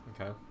Okay